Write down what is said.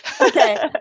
Okay